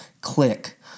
click